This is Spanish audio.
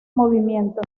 movimiento